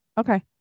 Okay